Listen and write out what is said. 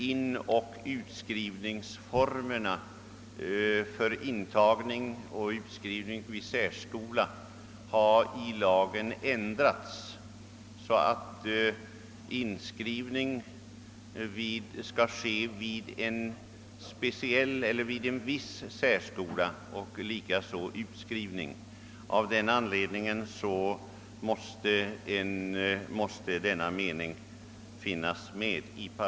Inoch utskrivningsformerna vid särskolan har i lagen ändrats så att inskrivning och utskrivning skall ske vid en viss särskola. Av den anledningen måste denna mening införas i 3 8.